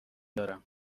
دارم